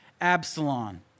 Absalom